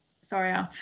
sorry